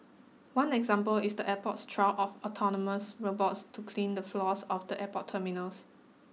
one example is the airport's trial of autonomous robots to clean the floors of the airport terminals